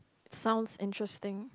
sounds interesting